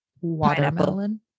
Watermelon